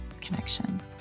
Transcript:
Connection